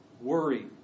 worry